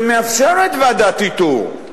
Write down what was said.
שמאפשרת ועדת איתור,